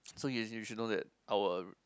so you you should know that our